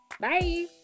bye